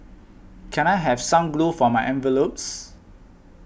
can I have some glue for my envelopes